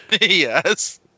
yes